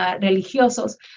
religiosos